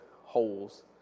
holes